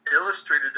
illustrated